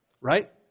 right